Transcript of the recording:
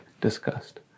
discussed